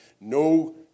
No